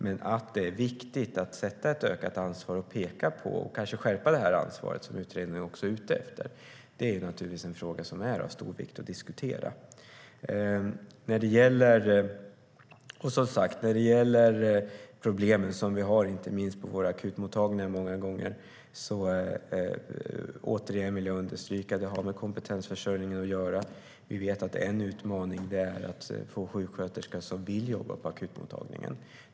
Men det är naturligtvis av stor vikt med ett ökat ansvar och att man pekar på att detta ansvar kanske ska skärpas, vilket utredningen också är ute efter. Det är naturligtvis viktigt att diskutera. När det gäller de problem som vi har, inte minst på våra akutmottagningar många gånger, vill jag återigen understryka att det har med kompetensförsörjningen att göra. Vi vet att en utmaning är att få sjuksköterskor som vill jobba på akutmottagningen.